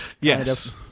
Yes